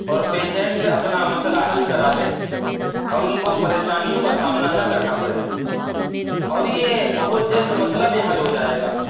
اور پیشنٹ اپنا مسئلہ حل کرا لے اور ان کو پریشانیوں کا سامنا نہ کرنا پڑے اور یہ بہت جلد مسئلہ بھی حل ہو جائے گا